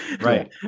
Right